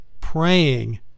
praying